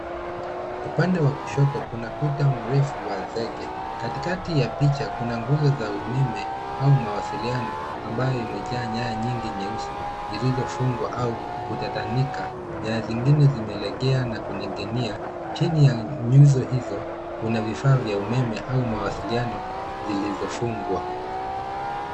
Upande wa kushoto kuna kuta mrefu wa zege. Katikati ya picha, kuna nguzo za umeme, au mawasiliano, ambayo imejaa nyaya nyingi nyeusi, zilizofungwa au kutatanika. Nyaya zingine zimelegea na kuning' inia. Chini ya nyuzo hizo, kuna vifaa vya umeme, au mawasiliano zilizofungwa.